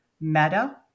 Meta